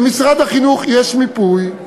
למשרד החינוך יש מיפוי,